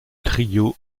trio